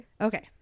Okay